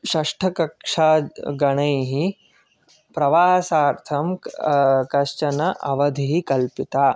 षष्ठकक्षा गणैः प्रवासार्थं कश्चन अवधिः कल्पिता